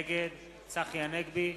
נגד צחי הנגבי,